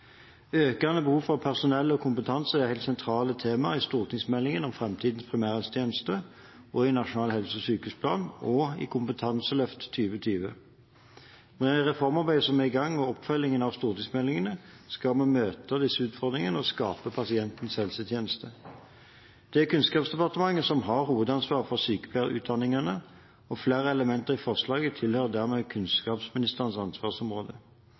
Økende behov for personell og kompetanse er helt sentrale temaer i stortingsmeldingene om framtidens primærhelsetjeneste, i Nasjonal helse- og sykehusplan og i Kompetanseløft 2020. Med reformarbeidet som er i gang, og oppfølging av stortingsmeldingene, skal vi møte disse utfordringene og skape pasientens helsetjeneste. Det er Kunnskapsdepartementet som har hovedansvar for sykepleierutdanningene, og flere elementer i forslaget tilhører dermed kunnskapsministerens ansvarsområde.